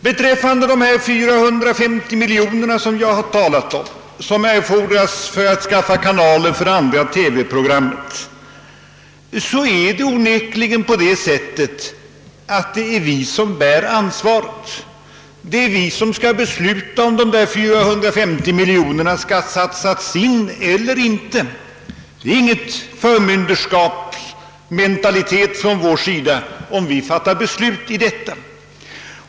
Beträffande de 450 miljoner som jag talade om och vilka erfordras för att skaffa kanal för ett andra TV-program kan sägas att det onekligen är vi som bär ansvaret, Det är vi som skall besluta om huruvida de 450 miljonerna skall sättas in eller inte. Det är inte någon förmynderskapsmentalitet från vår sida om vi fattar ett beslut härom.